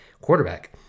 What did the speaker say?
quarterback